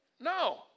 No